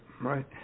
right